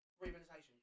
rehabilitation